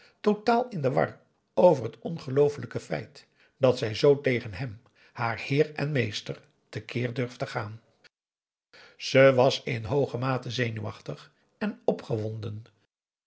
totaal in de war over het ongelooflijke feit dat zij zoo tegen hem haar heer en meester te keer durfde gaan ze was in hooge mate zenuwachtig en opgewonden